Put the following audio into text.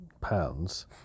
pounds